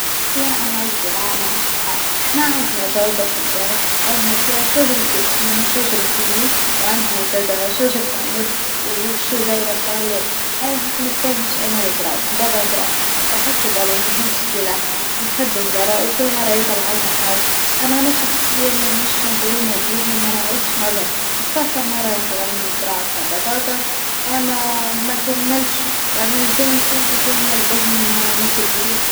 لا أنا والزراعة مناش الصحاب، حنا عندنا جودة في الدار عندنا فيها شجرة ياسين وشجرة ليليم وعندنا زادا شجرة عنب والشجيرة متاع ال، أنا هسمي الكل مش أنا اللى زرعتهم بابا اللى زرعهم خاطروا بابا مهندس فلاحة بيحب الزرع وكل مرة يزرعلنا حاجة أما أنا شخصيا مانيش مغرومة بيهم وما نعرفش نزرع، نتفكر مرة مثلا زرعت بطاطا ما كملتش يعني جينا نشوفوا فيه منلقاوهم ما كبروش.